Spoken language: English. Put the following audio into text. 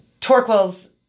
Torquil's